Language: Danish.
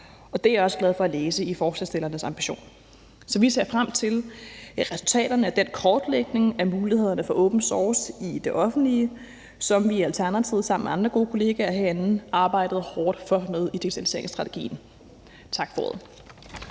og det er jeg også glad for at læse i forslagsstillernes ambition. Så vi ser frem til resultaterne af den kortlægning af mulighederne for open source i det offentlige, som vi i Alternativet sammen med andre gode kollegaer herinde arbejdede hårdt med i digitaliseringsstrategien. Tak for ordet.